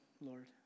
Lord